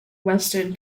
western